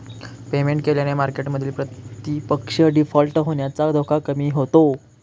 payment केल्याने मार्केटमधील प्रतिपक्ष डिफॉल्ट होण्याचा धोका कमी होतो